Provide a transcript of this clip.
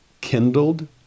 kindled